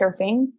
surfing